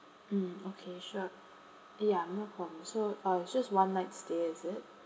mm okay sure ya no problem so uh it's just one night stay is it